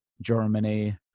Germany